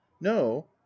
no